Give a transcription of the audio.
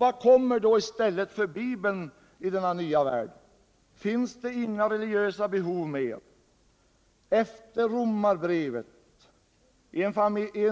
Vad kommer då i stället för Bibeln i denna nya värld? Finns det inga religiösa behov mer? Efter Romarbrevet — i en